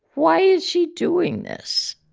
why is she doing this?